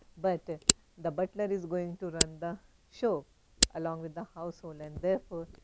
but ah the butler is going to run the show along with the household. and therefore,